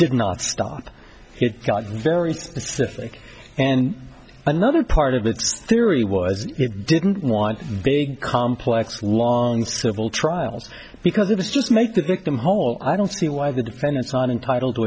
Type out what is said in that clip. did not stop it got very specific and another part of the theory was it didn't want big complex long civil trials because it was just make the victim whole i don't see why the defendant signing title to